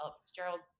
Fitzgerald